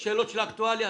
שאלות של אקטואליה?